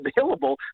available